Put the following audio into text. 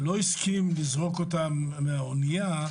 ולא הסכים לזרוק אותם מהאונייה,